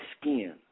skin